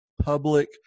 public